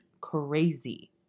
crazy